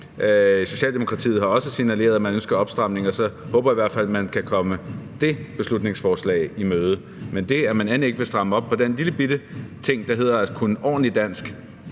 Socialdemokratiet har også signaleret, at man ønsker opstramninger; det er jeg glad for. Så jeg håber i hvert fald, man kan komme det beslutningsforslag i møde. Men det, at man end ikke vil stramme op på den lillebitte ting, der handler om at kunne ordentligt dansk,